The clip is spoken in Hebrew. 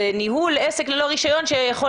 אלא זה ניהול עסק ללא רישיון שיכול